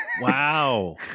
Wow